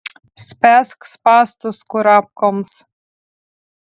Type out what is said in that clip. spęsk spąstus kurapkoms